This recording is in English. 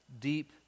Deep